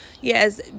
yes